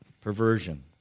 Perversion